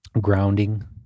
Grounding